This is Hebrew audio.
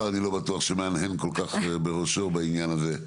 אני לא בטוח שמהנהן כל כך בראשו בעניין הזה.